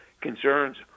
concerns